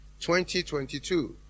2022